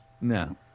no